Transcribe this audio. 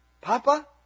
Papa